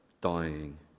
dying